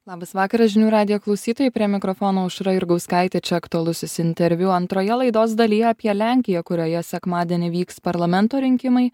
labas vakaras žinių radijo klausytojai prie mikrofono aušra jurgauskaitė čia aktualusis interviu antroje laidos dalyje apie lenkiją kurioje sekmadienį vyks parlamento rinkimai